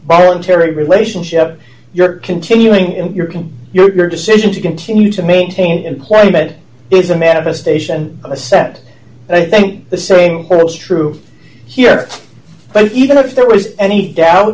voluntary relationship your continuing in your can your decision to continue to maintain employment is a manifestation of assent and i think the same holds true here but even if there was any doubt